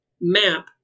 map